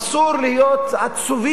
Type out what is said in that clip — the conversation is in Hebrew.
אסור להיות עצובים,